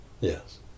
Yes